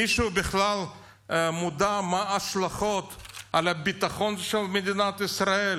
מישהו בכלל מודע מהן ההשלכות על הביטחון של מדינת ישראל?